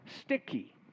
sticky